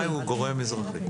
הטכנאי הוא גורם אזרחי.